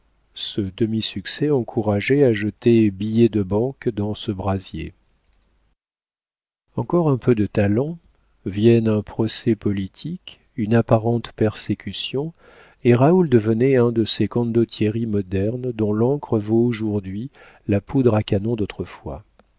ce demi-succès encourageait à jeter les billets de banque dans ce brasier encore un peu de talent vienne un procès politique une apparente persécution et raoul devenait un de ces condottieri modernes dont l'encre vaut aujourd'hui la poudre à canon d'autrefois